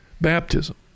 Baptism